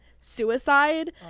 suicide